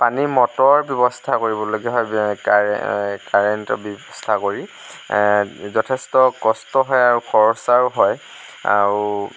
পানী মটৰৰ ব্যৱস্থা কৰিবলগীয়া হয় কাৰে কাৰেন্টৰ ব্যৱস্থা কৰি যথেষ্ট কষ্ট হয় আৰু খৰচাও হয় আৰু